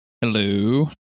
Hello